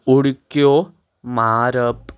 उडक्यो मारप